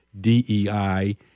DEI